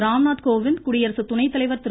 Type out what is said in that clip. ராம்நாத் கோவிந்த் குடியரசு துணைத்தலைவர் திரு